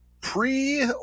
pre